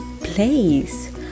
place